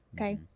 okay